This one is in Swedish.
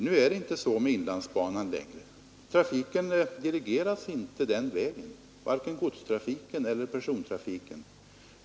Så är inte fallet med inlandsbanan nu. Trafiken dirigeras inte den vägen, varken godstrafiken eller persontrafi = Nr 137 ken.